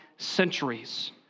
centuries